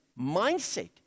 mindset